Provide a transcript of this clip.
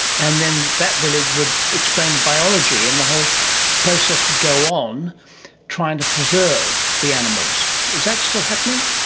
and then that village would explain the biology and the whole process would go on trying to preserve the animals. is that still happening?